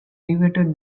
elevator